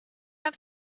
have